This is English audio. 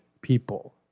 people